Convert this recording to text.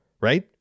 Right